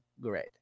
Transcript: great